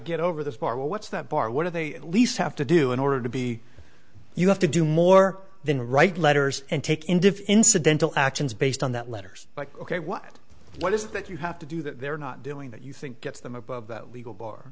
get over this bar what's that bar what are they at least have to do in order to be you have to do more than write letters and take in defensive dental actions based on that letters like ok what what is that you have to do that they're not doing that you think gets them above that legal bar